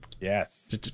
Yes